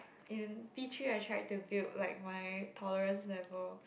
in P three I tried to build like my tolerance level